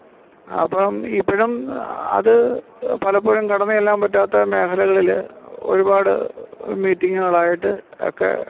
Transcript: അപ്പം ഇപ്പോഴും അത് പലപ്പോഴും കടന്ന് ചെല്ലാൻ പറ്റാത്ത മേഖലകളിൽ ഒരുപാട് മീറ്റിങ്ങ്കളായിട്ട് ഒക്കെ